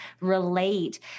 relate